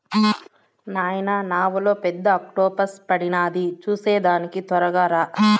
నాయనా నావలో పెద్ద ఆక్టోపస్ పడినాది చూసేదానికి తొరగా రా